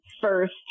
first